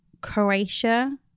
Croatia